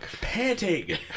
Panting